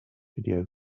video